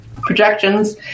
projections